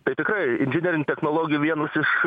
tai tikrai inžinerinių technologijų vienas iš